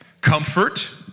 comfort